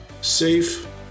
safe